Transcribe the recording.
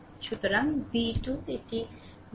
সুতরাং v 2 এটি v 2